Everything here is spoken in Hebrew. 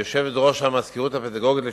יושבת-ראש המזכירות הפדגוגית לשעבר,